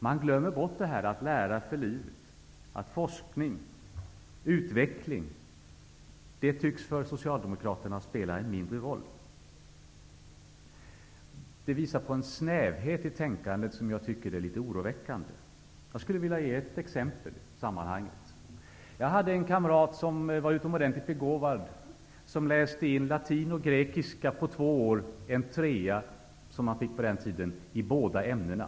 De glömmer bort ''lära för livet'', forskning och utveckling, som för dem tycks spela en mindre roll. Det visar på en snävhet i tänkandet, som är litet oroväckande. Jag skulle vilja ge ett exempel i sammanhanget. Jag hade en kamrat som var utomordentligt begåvad och som läste in latin och grekiska på två år. Han fick en trea -- som det hette på den tiden -- i båda ämnena.